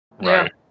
Right